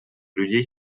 людей